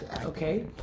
okay